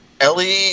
Ellie